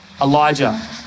Elijah